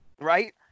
right